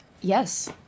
Yes